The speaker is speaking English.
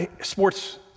Sports